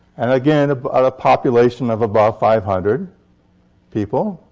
and, again, about a population of about five hundred people.